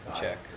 check